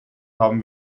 haben